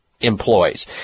employees